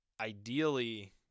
ideally